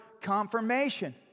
confirmation